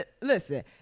Listen